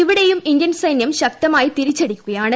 ഇവിടെയും ഇന്ത്യൻ സൈന്യം ശക്തമായി തിരിച്ചടിക്കുകയാണ്